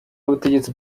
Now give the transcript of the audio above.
w’ubutegetsi